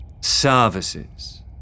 services